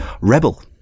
rebel